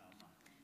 נעמה.